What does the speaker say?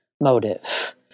motive